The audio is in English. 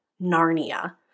Narnia